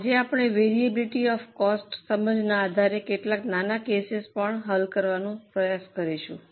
આજે આપણે variability of કોસ્ટની સમજના આધારે કેટલાક નાના કેસીસને પણ હલ કરવાનો પ્રયાસ કરીશું